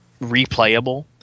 replayable